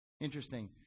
Interesting